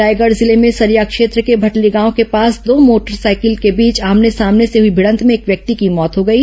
रायगढ़ जिले में सरिया क्षेत्र के भटली गांव के पास दो मोटरसाइकिल के बीच आमने सामने से हुई भिडंत में एक व्यक्ति की मौत हो गई